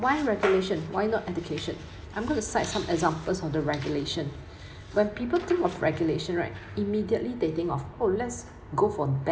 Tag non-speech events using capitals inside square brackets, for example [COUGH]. why regulation why not education I'm going to cite some examples on the regulation [BREATH] when people think of regulation right immediately they think of oh let's go for ban